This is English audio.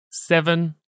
Seven